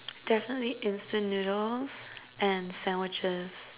there's only instant noodles and sandwiches